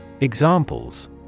Examples